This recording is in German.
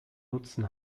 nutzen